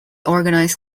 organized